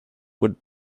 would